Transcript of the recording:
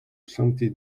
sentais